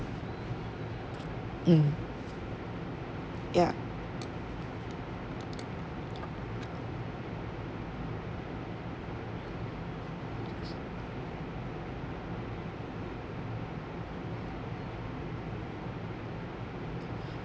mm ya